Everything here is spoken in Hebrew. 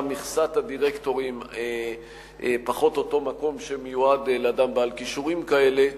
מכסת הדירקטורים פחות אותו מקום שמיועד לאדם בעל כישורים כאלה.